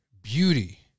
beauty